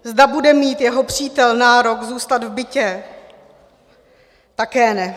Zda bude mít jeho přítel nárok zůstat v bytě, také ne.